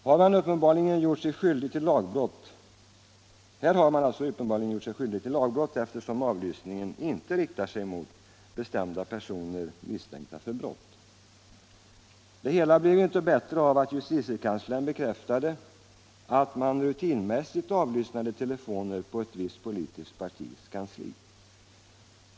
Här har man uppenbarligen gjort sig skyldig till lagbrott, eftersom avlyssningen inte riktar sig mot bestämda personer, misstänkta för brott. Det hela blev inte bättre av att justitiekanslern bekräftade att man rutinmässigt avlyssnade telefoner på ett visst politiskt partis kansli.